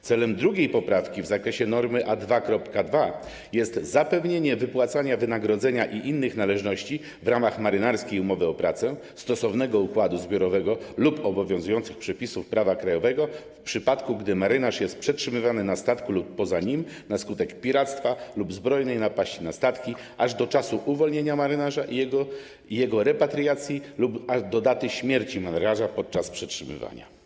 Celem drugiej poprawki w zakresie normy A2.2 jest zapewnienie wypłacania wynagrodzenia i innych należności w ramach marynarskiej umowy o pracę, stosownego układu zbiorowego lub obowiązujących przepisów prawa krajowego w przypadku, gdy marynarz jest przetrzymywany na statku lub poza nim na skutek piractwa lub zbrojnej napaści na statki, aż do czasu uwolnienia marynarza i jego repatriacji lub aż do daty śmierci marynarza podczas przetrzymywania.